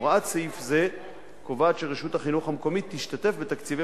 הוראת סעיף זה קובעת שרשות החינוך המקומית תשתתף בתקציבי